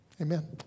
Amen